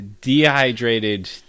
dehydrated